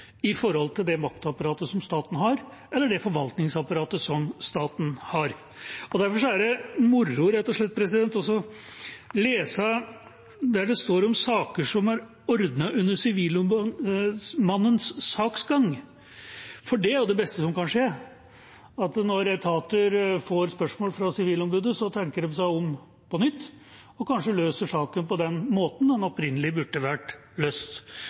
det maktapparatet som staten har, eller det forvaltningsapparatet som staten har. Derfor er det moro, rett og slett, å lese der det står om saker som er ordnet under Sivilombudsmannens saksgang. For det beste som kan skje, er jo at når etater får spørsmål fra Sivilombudet, tenker de seg om på nytt og kanskje løser saken på den måten den opprinnelig burde vært løst.